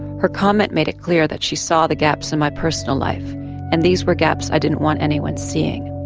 her comment made it clear that she saw the gaps in my personal life and these were gaps i didn't want anyone seeing.